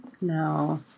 No